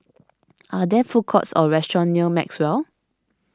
are there food courts or restaurants near Maxwell